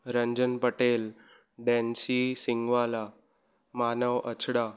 रंजन पटेल डैंसी सिंगवाला मानव अछड़ा